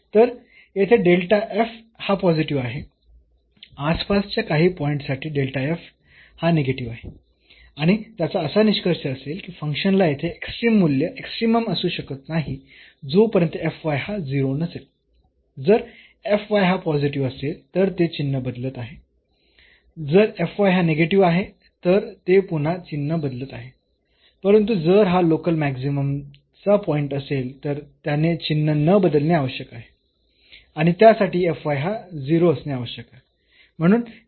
तर येथे हा पॉझिटिव्ह आहे आसपासच्या काही पॉईंट्स साठी हा निगेटिव्ह आहे आणि त्याचा असा निष्कर्ष असेल की फंक्शनला येथे एक्स्ट्रीम मूल्य एक्स्ट्रीमम असू शकत नाही जोपर्यंत हा 0 नसेल जर हा पॉझिटिव्ह असेल तर ते चिन्ह बदलत आहे जर हा निगेटिव्ह आहे तर ते पुन्हा चिन्ह बदलत आहे परंतु जर हा लोकल मॅक्सिममचा पॉईंट असेल तर त्याने चिन्ह न बदलणे आवश्यक आहे आणि त्यासाठी हा 0 असणे आवश्यक आहे